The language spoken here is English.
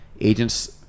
Agents